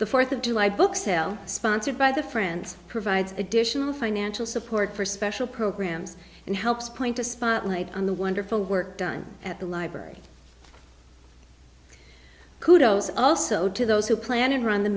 the fourth of july books sell sponsored by the friends provides additional financial support for special programs and helps point a spotlight on the wonderful work done at the library kudo's also to those who plan and run the